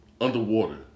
underwater